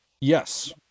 Yes